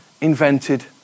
invented